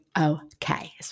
Okay